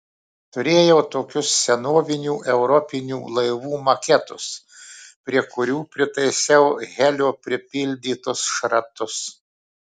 turėjau tokius senovinių europinių laivų maketus prie kurių pritaisiau helio pripildytus šratus